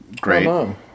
great